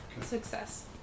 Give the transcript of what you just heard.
Success